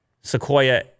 Sequoia